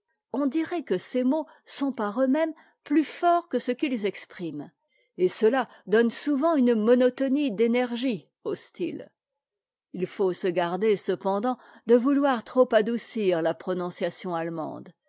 on dirait que ces mots sont par eux-mêmes plus forts que ce qu'ils expriment et cela donne souvent une monotonie d'énergie au style faut se garder cependant de vouloir trop adoucir la prononciation allemande